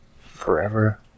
Forever